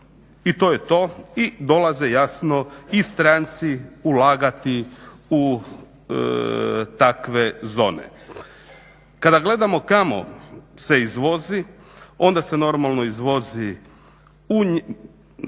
i to je to i dolaze jasno i stranci ulagati u takve zone. Kada gledamo kamo se izvozi onda se normalno izvozi i na